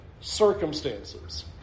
circumstances